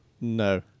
No